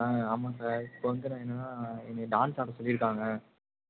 ஆ ஆமாம் சார் இப்போது வந்து நான் என்னென்னா என்னைய டான்ஸ் ஆட சொல்லிருக்காங்க